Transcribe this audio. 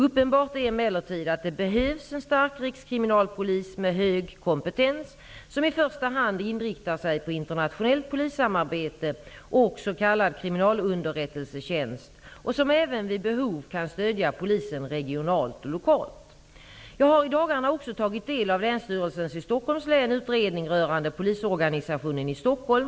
Uppenbart är emellertid att det behövs en stark Rikskriminalpolis med hög kompetens som i första hand inriktar sig på internationellt polissamarbete och s.k. kriminalunderrättelsetjänst och som även vid behov kan stödja polisen regionalt och lokalt. Jag har i dagarna också tagit del av en utredning som Länsstyrelsen i Stockholms län har gjort rörande polisorganisationen i Stockholm.